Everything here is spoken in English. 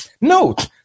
Note